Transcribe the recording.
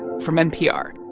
from npr